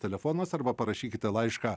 telefonas arba parašykite laišką